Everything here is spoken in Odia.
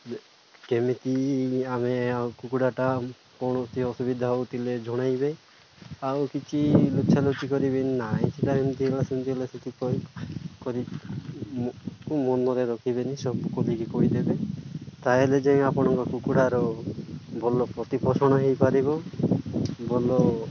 କେମିତି ଆମେ ଆଉ କୁକୁଡ଼ାଟା କୌଣସି ଅସୁବିଧା ହଉଥିଲେ ଜଣାଇବେ ଆଉ କିଛି ଲୁଛା ଲଚି କରିବେନି ନାହିଁ ସେଟା ଏମିତି ହେଲା ସେମିତି ହେଲା ସେଠି ମନରେ ରଖିବେନି ସବୁ ଖୋଲିକି କହିଦେବେ ତା'ହେଲେ ଯାଇ ଆପଣଙ୍କ କୁକୁଡ଼ାର ଭଲ ପ୍ରତିପୋଷଣ ହେଇପାରିବ ଭଲ